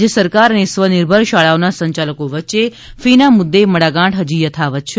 રાજ્ય સરકાર અને સ્વનિર્ભર શાળાઓના સંચાલકો વચ્ચે ફીના મુદ્દે મડાગાંઠ હજી યથાવત છે